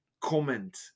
comment